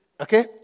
okay